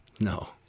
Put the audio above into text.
No